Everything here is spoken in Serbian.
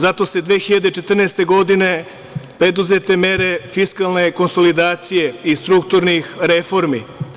Zato su 2014. godine preduzete mere fiskalne konsolidacije i strukturnih reformi.